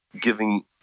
giving